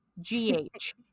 G-H